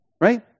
Right